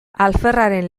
alferraren